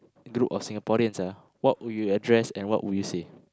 group of Singaporeans ah what would you address and what would you say